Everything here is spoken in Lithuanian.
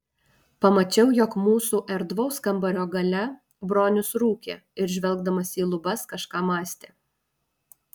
pamačiau jog mūsų erdvaus kambario gale bronius rūkė ir žvelgdamas į lubas kažką mąstė